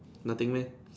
nothing meh